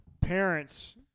parents